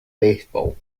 baseball